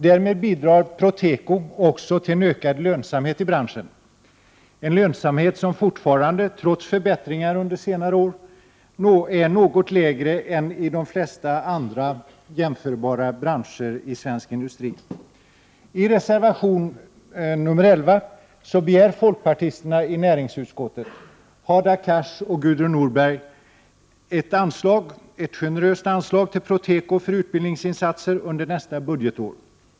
Därmed bidrar Proteko också till en ökad lönsamhet i branschen, en lönsamhet som fortfarande — trots förbättringar under senare år — är något lägre än i de flesta andra jämförbara branscher inom svensk industri. I reservation nr 11 begär folkpartisterna i näringsutskottet, Hadar Cars och Gudrun Norberg, ett generöst anslag till Proteko för utbildningsinsatser under nästa budgetår.